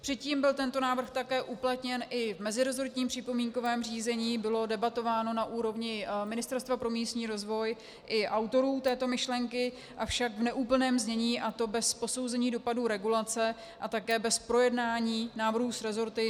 Předtím byl tento návrh uplatněn i v meziresortním připomínkovém řízení, bylo debatováno na úrovni Ministerstva pro místní rozvoj i autorů této myšlenky, avšak v neúplném znění, a to bez posouzení dopadů regulace a také bez projednání návrhu s resorty.